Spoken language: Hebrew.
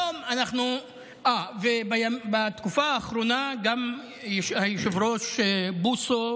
ובתקופה האחרונה היושב-ראש בוסו,